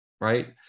right